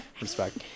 respect